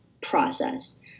process